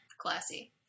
Classy